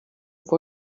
for